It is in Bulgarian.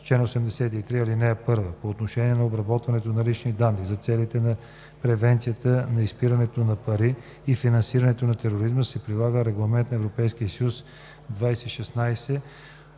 „Чл. 83. (1) По отношение на обработването на лични данни за целите на превенцията на изпирането на пари и финансирането на тероризма се прилагат Регламент (ЕС) 2016/679